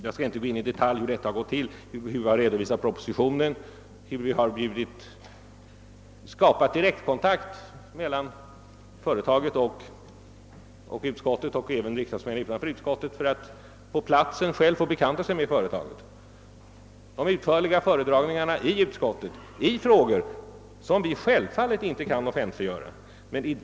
Jag skall inte i detalj gå in på hur detta har gått till — på den redovisning vi lämnat i propositionen, på den direktkontakt vi skapat mellan företaget och utskottet och även med riksdagsmän utanför utskottet för att de på platsen själva skulle få bekanta sig med företaget och slutligen på de utförliga föredragningarna i utskottet i frågor som vi självfallet inte kan offentliggöra.